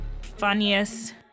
funniest